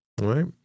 Right